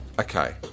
okay